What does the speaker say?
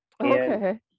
Okay